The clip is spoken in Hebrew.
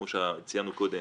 כמו שציינו קודם,